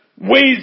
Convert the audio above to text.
Ways